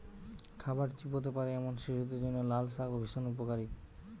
খাবার চিবোতে পারে এমন শিশুদের জন্য লালশাক ভীষণ উপকারী